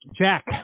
Jack